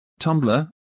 Tumblr